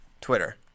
Twitter